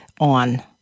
on